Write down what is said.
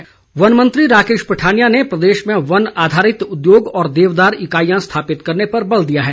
राकेश पठानिया वन मंत्री राकेश पठानिया ने प्रदेश में वन आधारित उद्योग और देवदार इकाईयां स्थापित करने पर बल दिया है